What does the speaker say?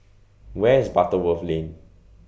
Where IS Butterworth Lane